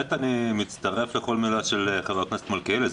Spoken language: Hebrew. אני מצטרף לכל מילה של חבר הכנסת מלכיאלי.